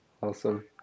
Awesome